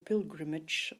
pilgrimage